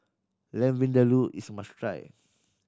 Lamb Vindaloo is must try